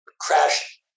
crash